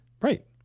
Right